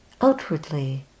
outwardly